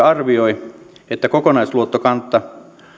arvioi että kokonaisluottokanta